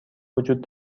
وجود